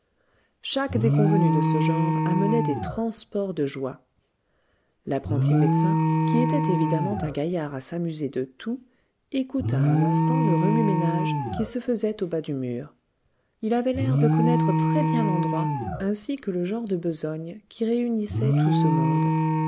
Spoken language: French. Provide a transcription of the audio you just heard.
chaque déconvenue de ce genre amenait des transports de joie l'apprenti médecin qui était évidemment un gaillard à s'amuser de tout écouta un instant le remue-ménage qui se faisait au bas du mur il avait l'air de connaître très bien l'endroit ainsi que le genre de besogne qui réunissait tout ce monde